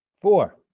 four